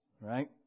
Right